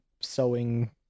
sewing